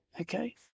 Okay